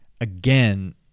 Again